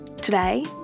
Today